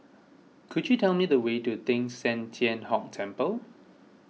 could you tell me the way to Teng San Tian Hock Temple